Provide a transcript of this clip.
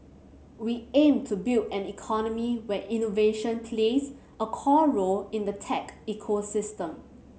we aim to build an economy where innovation plays a core role in the tech ecosystem